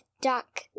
duck